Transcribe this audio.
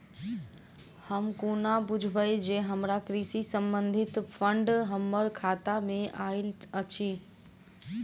हम कोना बुझबै जे हमरा कृषि संबंधित फंड हम्मर खाता मे आइल अछि?